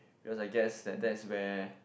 because I guess that that's where